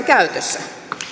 käytössä